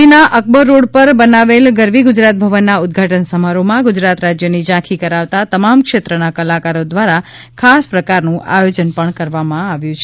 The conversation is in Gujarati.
દિલ્હીના અકબર રોડ પર બનાવેલ ગરવી ગુજરાત ભવન ના ઉદ્વાટન સમારોહમાં ગુજરાત રાજ્યની ઝાંખી કરાવતા તમામ ક્ષેત્રના કલાકારો દ્વારા ખાસ પ્રકારનું આયોજન પણ કરવામાં આવ્યું છે